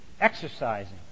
Exercising